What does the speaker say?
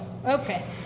Okay